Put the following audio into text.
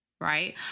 right